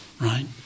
right